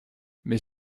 mais